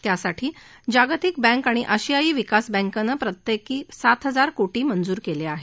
त्यासाठी जागतिक बँक आणि आशियाई विकास बँकेनं प्रत्येकी सात इजार कोटी रुपये मंजूर केले आहेत